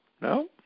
No